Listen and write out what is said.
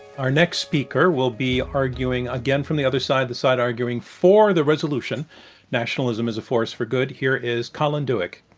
our next speaker will be arguing, again, from the other side, the side arguing for the resolution nationalism is a force for good. here is colin dueck.